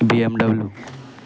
BMW